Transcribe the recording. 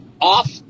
off